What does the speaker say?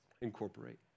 incorporate